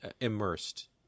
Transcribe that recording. immersed